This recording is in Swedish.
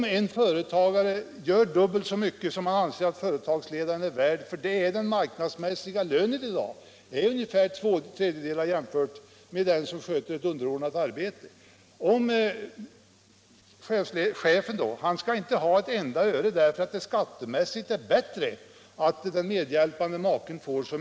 Den marknadsmässiga lönen för en företagsledare jämförd med den marknadsmässiga lönen för en person som sköter ett underordnat arbete är ju sådan, att det är rimligt att företagsledaren tar ut två tredjedelar av inkomsten.